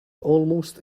almost